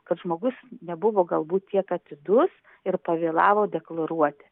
kad žmogus nebuvo galbūt tiek atidus ir pavėlavo deklaruoti